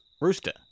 Rooster